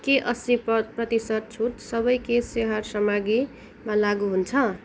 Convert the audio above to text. के अस्सी प्रतिशत छुट सबै केश स्याहार सामग्रीमा लागु हुन्छ